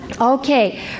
okay